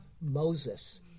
Moses